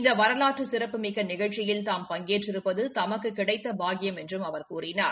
இந்த வரலாற்று சிறப்புமிக்க நிகழ்ச்சியில் தாம் பங்கேற்றிருப்பது தமக்கு கிடைத்த பாக்கியம் என்றும் அவர் கூறினார்